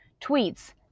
tweets